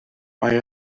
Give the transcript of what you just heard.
mae